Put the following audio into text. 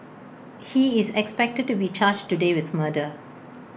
he is expected to be charged today with murder